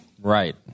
Right